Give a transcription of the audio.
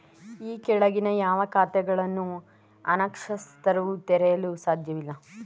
ಈ ಕೆಳಗಿನ ಯಾವ ಖಾತೆಗಳನ್ನು ಅನಕ್ಷರಸ್ಥರು ತೆರೆಯಲು ಸಾಧ್ಯವಿಲ್ಲ?